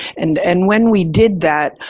and and when we did that,